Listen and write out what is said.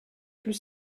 plus